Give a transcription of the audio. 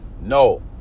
No